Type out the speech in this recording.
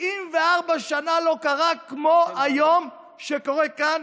74 שנה לא קרה כמו היום, כפי שקורה כאן